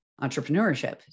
entrepreneurship